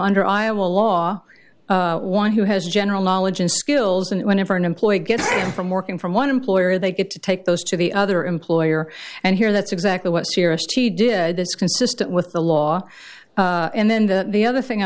under iowa law one who has general knowledge and skills and whenever an employer gets from working from one employer they get to take those to the other employer and here that's exactly what serious t did this consistent with the law and then the the other thing i